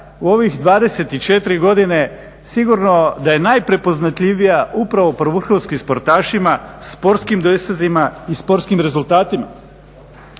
u ovih 24 godine sigurno da je naj prepoznatljivima upravo po vrhunskim športašima, sportskim dosezima i sportskim rezultatima.